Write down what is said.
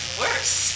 worse